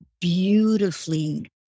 beautifully